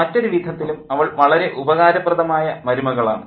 മറ്റൊരു വിധത്തിലും അവൾ വളരെ ഉപകാരപ്രദമായ മരുമകളാണ്